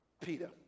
Peter